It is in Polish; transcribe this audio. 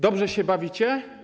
Dobrze się bawicie?